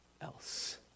else